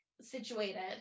situated